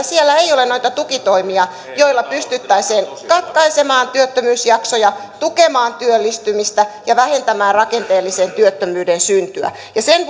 siellä ei ole noita tukitoimia joilla pystyttäisiin katkaisemaan työttömyysjaksoja tukemaan työllistymistä ja vähentämään rakenteellisen työttömyyden syntyä sen